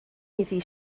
iddi